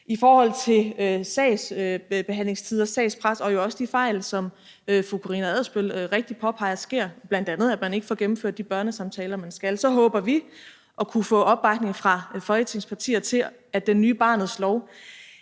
I forhold til sagsbehandlingstider, sagspres og jo også de fejl, som fru Karina Adsbøl rigtigt påpeger sker, bl.a. at man ikke får gennemført de børnesamtaler, man skal, så håber vi at kunne få opbakning fra Folketingets partier til, at den nye Barnets Lov